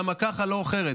למה ככה ולא אחרת.